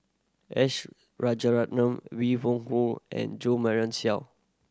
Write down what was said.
S Rajaratnam Wee Hong and Jo Marion Seow